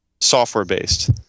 software-based